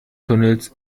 tunnels